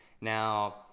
Now